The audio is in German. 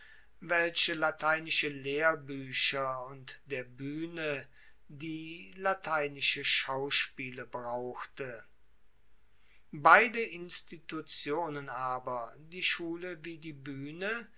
welche lateinische lehrbuecher und der buehne die lateinische schauspiele brauchte beide institutionen aber die schule wie die buehne